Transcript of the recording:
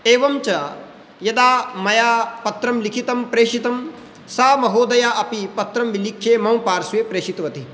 एवञ्च यदा मया पत्रं लिखितं प्रेषितं सा महोदया अपि पत्रं विलिख्य मम पार्श्वे प्रेषितवती